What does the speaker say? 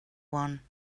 one